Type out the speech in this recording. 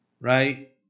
right